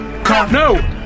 No